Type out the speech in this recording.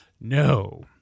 No